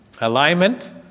Alignment